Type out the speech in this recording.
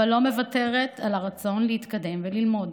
אבל לא מוותרת על הרצון להתקדם וללמוד.